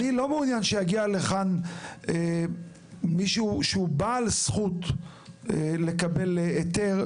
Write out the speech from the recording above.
אני לא מעוניין שיגיע לכאן מישהו שהוא בעל זכות לקבלת היתר,